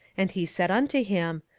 and he said unto him,